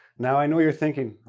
now, i know you're thinking